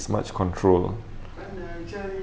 pandai cari